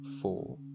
four